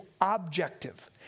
objective